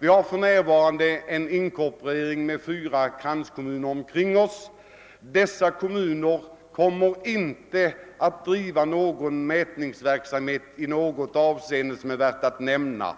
för närvarande pågår en inkorporering med fyra kranskommuner runt staden. Dessa kommuner kommer inte att driva någon mätningsverksamhet för jordbrukets behov i något avseende som är värt att nämna.